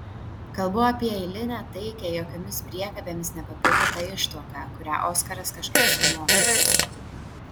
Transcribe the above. kalbu apie eilinę taikią jokiomis priekabėmis nepapildytą ištuoką kurią oskaras kažkaip sumovė